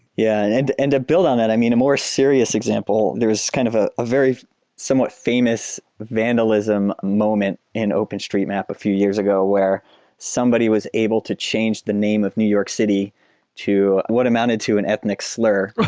yeah, and and to build on that, i mean, a more serious example. there's kind of ah a very similar famous vandalism moment in openstreetmap a few years ago where somebody was able to change the name of new york city to what amounted to an ethnic slur.